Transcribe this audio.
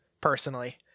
personally